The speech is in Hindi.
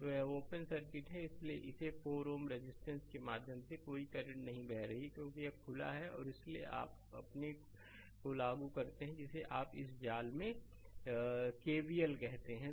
तो यह ओपन सर्किट है इसलिए इस4 Ω रेजिस्टेंस के माध्यम से कोई करंट नहीं बह रहा है क्योंकि यह खुला है और इसलिए आप अपने को लागू करते हैं जिसे आप इस जाल में केवीएल कहते हैं